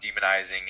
demonizing